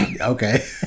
Okay